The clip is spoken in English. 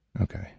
Okay